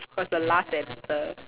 was the last to enter